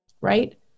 Right